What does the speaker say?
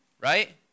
right